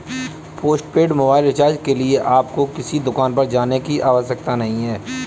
postpaid mobile recharge के लिए आपको किसी दुकान पर जाने की आवश्यकता नहीं है